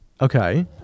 Okay